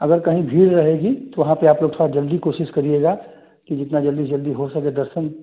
अगर कहीं भीड़ रहेगी तो वहाँ पर आप लोग थोड़ा जल्दी कोशिश करिएगा कि जितना जल्दी से जल्दी हो सके दर्शन